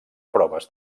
proves